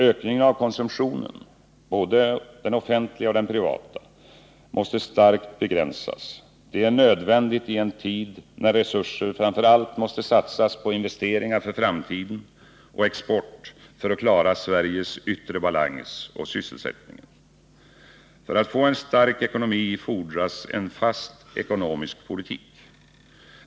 Ökningen av konsumtionen — både den offentliga och den privata — måste starkt begränsas. Det är nödvändigt i en tid när resurser framför allt måste satsas på investeringar för framtiden och export för att klara Sveriges yttre balans och sysselsättningen. För att få en stark ekonomi fordras en fast ekonomisk politik.